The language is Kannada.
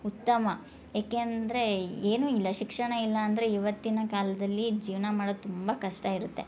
ಉತ್ತಮ ಏಕೆ ಅಂದರೆ ಏನು ಇಲ್ಲ ಶಿಕ್ಷಣ ಇಲ್ಲ ಅಂದರೆ ಇವತ್ತಿನ ಕಾಲದಲ್ಲಿ ಜೀವನ ಮಾಡೋದು ತುಂಬ ಕಷ್ಟ ಇರತ್ತೆ